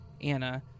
Anna